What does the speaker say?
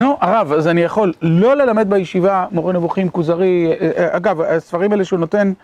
נו, הרב, אז אני יכול לא ללמד בישיבה מורה נבוכים כוזרי, אגב, הספרים האלה שהוא נותן...